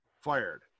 fired